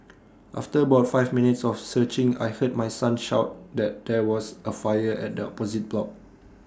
after about five minutes of searching I heard my son shout that there was A fire at the opposite block